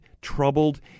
troubled